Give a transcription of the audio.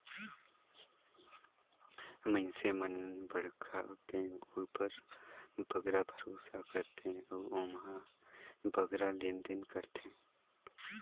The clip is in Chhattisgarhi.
मइनसे मन बड़खा बेंक उपर बगरा भरोसा करथे अउ ओम्हां बगरा लेन देन करथें